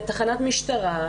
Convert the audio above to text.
לתחנת משטרה.